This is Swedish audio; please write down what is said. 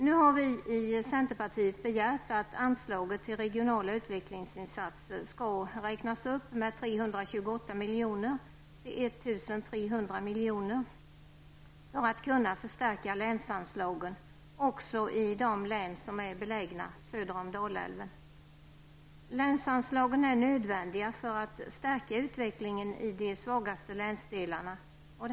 Vi har i centern begärt att anslaget till regionala utvecklingsinsatser skall räknas upp med 328 miljoner till 1 300 miljoner för att stärka länsanslagen också i de län som är belägna söder om Dalälven. Länsanslagen är nödvändiga när det gäller att stärka utvecklingen i de svagaste länsdelarna.